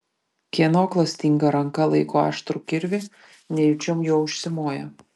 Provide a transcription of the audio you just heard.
kieno klastinga ranka laiko aštrų kirvį nejučiom juo užsimoja